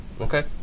Okay